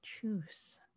Choose